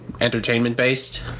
entertainment-based